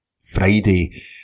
Friday